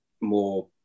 more